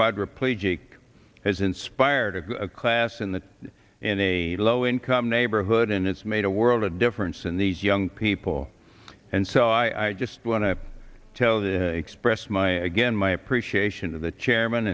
quadriplegic has inspired a class in the in a low income neighborhood and it's made a world of difference in these young people and so i just want to tell the express my again my appreciation of the chairman